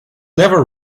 never